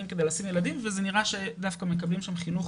כדי לשים ילדים וזה נראה שדווקא מקבלים שם חינוך,